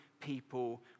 people